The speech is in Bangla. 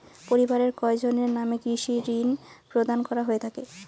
পরিবারের কয়জনের নামে কৃষি ঋণ প্রদান করা হয়ে থাকে?